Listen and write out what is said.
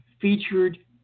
featured